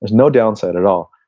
no downside at all,